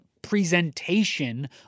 presentation